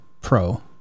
Pro